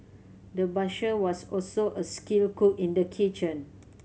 the butcher was also a skilled cook in the kitchen